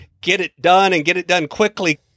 get-it-done-and-get-it-done-quickly